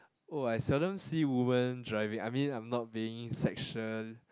oh I seldom see women driving I mean I am not being sexual